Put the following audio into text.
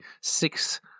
six